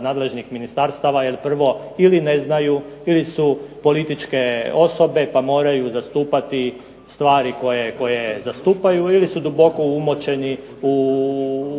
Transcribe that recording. nadležnih ministarstava jer prvo ili ne znaju ili su političke osobe pa moraju zastupati stvari koje zastupaju ili su duboko umočeni u sam